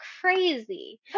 crazy